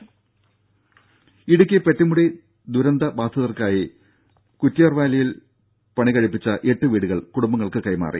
രും ഇടുക്കി പെട്ടിമുടി ദുരന്തബാധിതർക്കായി കുറ്റ്യാർവാലിയിൽ പണികഴിപ്പിച്ച എട്ട് വീടുകൾ കുടുംബങ്ങൾക്ക് കൈമാറി